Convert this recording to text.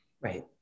right